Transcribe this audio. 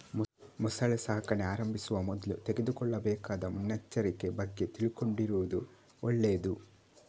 ಮೊಸಳೆ ಸಾಕಣೆ ಆರಂಭಿಸುವ ಮೊದ್ಲು ತೆಗೆದುಕೊಳ್ಳಬೇಕಾದ ಮುನ್ನೆಚ್ಚರಿಕೆ ಬಗ್ಗೆ ತಿಳ್ಕೊಂಡಿರುದು ಒಳ್ಳೇದು